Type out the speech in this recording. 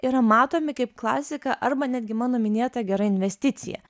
yra matomi kaip klasika arba netgi mano minėta gera investicija